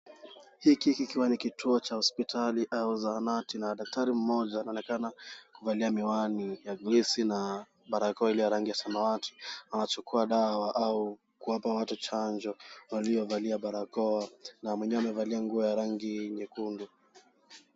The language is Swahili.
Hiki kikiwa ni kituo cha hospitali au zahanati na daktari mmoja aonekana kuvalia miwani ya glesi na barakoa ile ya rangi ya samawati. Anachukua dawa au kuwapa watu chanjo waliovalia barakoa na mwenyewe amevalia nguo ya rangi nyekundu.